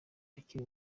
akiri